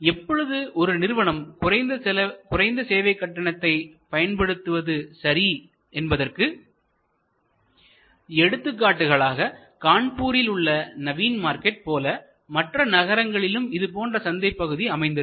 எப்பொழுது ஒரு நிறுவனம் குறைந்த சேவைக்கட்டணத்தை பயன்படுத்துவது சரி என்பதற்கு எடுத்துக்காட்டுகளாக கான்பூரில் உள்ள நவீன் மார்க்கெட் போல மற்ற நகரங்களிலும் இது போன்ற சந்தை பகுதி அமைந்திருக்கும்